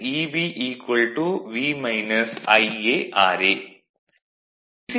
vlcsnap 2018 11 05 09h46m52s191 D